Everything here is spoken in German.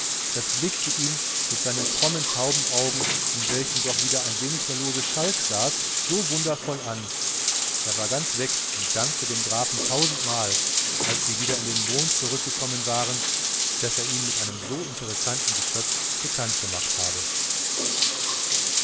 das blickte ihn mit seinen frommen taubenaugen in welchen doch wieder ein wenig der lose schalk saß so wundervoll an er war ganz weg und dankte dem grafen tausendmal als sie wieder in den mond zurückgekommen waren daß er ihn mit einem so interessanten geschöpf bekannt gemacht habe